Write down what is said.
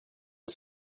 que